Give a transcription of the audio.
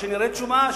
שנראה תשובה,